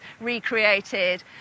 recreated